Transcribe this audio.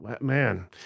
Man